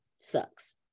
sucks